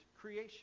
creation